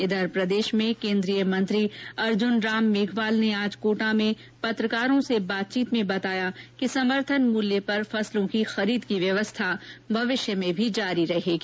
इधर प्रदेश में केन्द्रीय मंत्री अर्जुनराम मेघवाल ने आज कोटा में पत्रकारों से बातचीत में बताया कि समर्थन मूल्य पर फसलों की खरीद की व्यवस्था भविष्य में भी जारी रहेगी